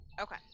Okay